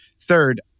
Third